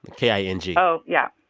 k i n g oh, yeah.